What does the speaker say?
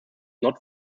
not